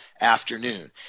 afternoon